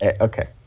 Okay